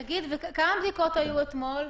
תגיד, כמה בדיקות היו אתמול?